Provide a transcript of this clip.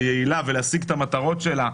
יעילה ולהשיג את המטרות שלה,